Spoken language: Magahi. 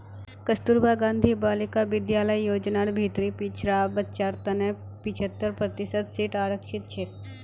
कस्तूरबा गांधी बालिका विद्यालय योजनार भीतरी पिछड़ा बच्चार तने पिछत्तर प्रतिशत सीट आरक्षित छे